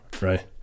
Right